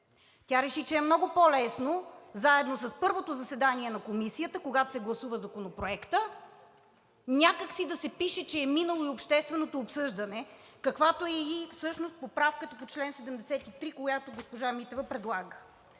Тя реши, че е много по-лесно заедно с първото заседание на Комисията, когато се гласува законопроектът, някак си да се пише, че е минало и общественото обсъждане, каквато всъщност е и поправката по чл. 73, която госпожа Митева предлага.